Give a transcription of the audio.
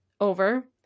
over